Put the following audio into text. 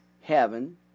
heaven